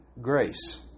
grace